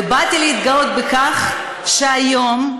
באתי להתגאות בכך שהיום,